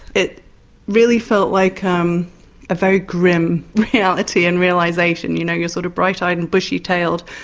it really felt like um a very grim reality and realisation, you know you're sort of bright eyed and bushy tailed.